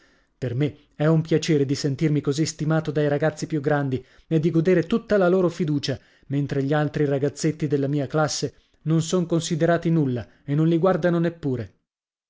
per me è un piacere di sentirmi così stimato dai ragazzi più grandi e di godere tutta la loro fiducia mentre gli altri ragazzetti della mia classe non son considerati nulla e non li guardano neppure